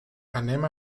anem